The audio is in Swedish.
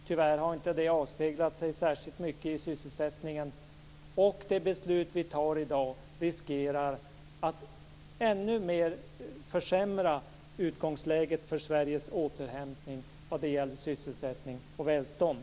Tyvärr har inte det avspeglat sig särskilt mycket i sysselsättningen. Det beslut vi fattar i dag riskerar att ännu mer försämra utgångsläget för Sveriges återhämtning vad gäller sysselsättning och välstånd.